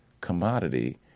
commodity